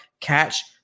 catch